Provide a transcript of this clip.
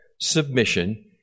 submission